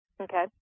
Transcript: Okay